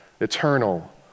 eternal